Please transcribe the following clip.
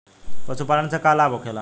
पशुपालन से का लाभ होखेला?